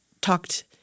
Talked